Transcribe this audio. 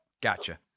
gotcha